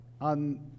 on